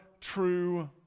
true